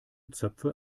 zöpfe